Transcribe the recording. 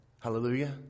Hallelujah